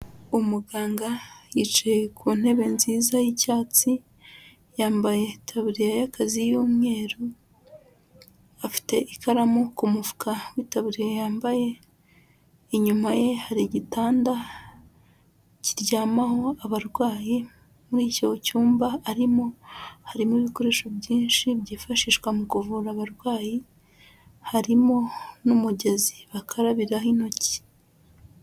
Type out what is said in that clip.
Umuganga yicaye ku ntebe nziza y'icyatsi ,yambaye taburiya y'akazi y'umweru afite ikaramu ku mufuka witabuwe yambaye. Inyuma ye hari igitanda kiryamaho abarwayi muri icyo cyumba arimo harimo ibikoresho byinshi byifashishwa mu kuvura abarwayi, harimo n'umugezi bakarabiraho intoki.